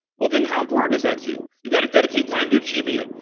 well then how important is that to you? you've got to dedicate time to achieving it.